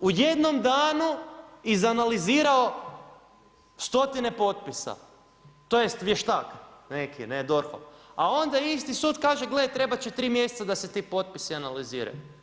u jednom danu izanalizirao stotine potpisa, tj. vještak neki, ne, DORH-ov a onda isti sud kaže gle, trebat će 3 mjeseca da se ti potpisi analiziraju.